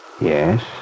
Yes